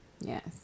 Yes